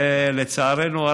ולצערנו הרב,